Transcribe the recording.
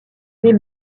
mais